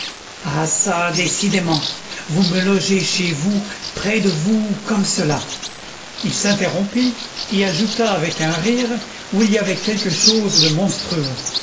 décidément vous me logez chez vous près de vous comme cela il s'interrompit et ajouta avec un rire où il y avait quelque chose de monstrueux